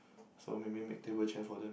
so maybe make table chair for them